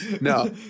No